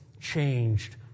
changed